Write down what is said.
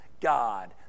God